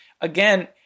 again